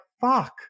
fuck